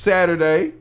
Saturday